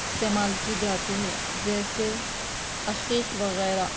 استعمال کی جاتی ہے جیسے عقیق وغیرہ